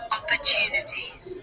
opportunities